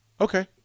Okay